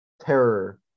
terror